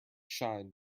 shine